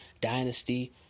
Dynasty